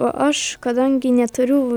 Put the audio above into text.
o aš kadangi neturiu